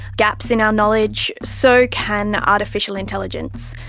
gaps in our knowledge, so can artificial intelligence.